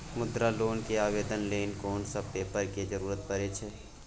मुद्रा लोन के आवेदन लेल कोन सब पेपर के जरूरत परै छै?